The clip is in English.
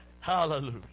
Hallelujah